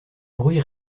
bruits